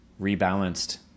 rebalanced